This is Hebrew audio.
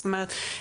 זאת אומרת,